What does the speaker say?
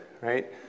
right